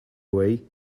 away